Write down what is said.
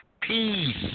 peace